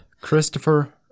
Christopher